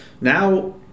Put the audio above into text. Now